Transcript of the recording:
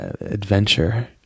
adventure